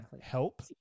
help